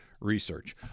research